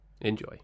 Enjoy